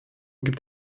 gibt